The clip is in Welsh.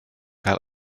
cael